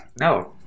No